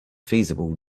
feasible